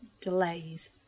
delays